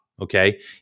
Okay